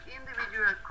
individual